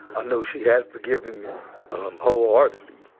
ah know she had forgiven me wholeheartedly.